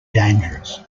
dangerous